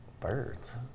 Birds